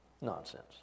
Nonsense